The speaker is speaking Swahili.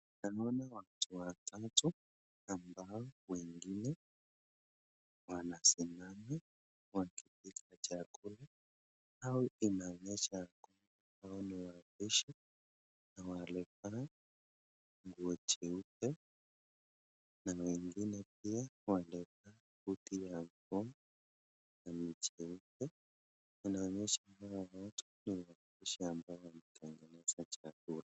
Naona watu watatu ambao wamesimama, wanapika chakula au inaonyesha kuwa ni wapishi na wamevaa nguo nyeupe na wamevaa koti yake na ni jeupe, inaonyesha hawa watu ni wapishi wanatengeneza chakula.